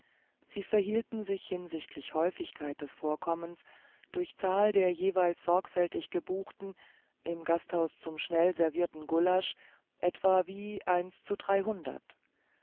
sie verhielten sich hinsichtlich häufigkeit des vorkommens zur zahl der ebenfalls sorgfältig gebuchten im gasthaus zum schnell verzehrten gulasch etwa wie ein zu